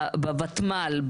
בוותמ"ל,